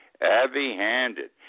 heavy-handed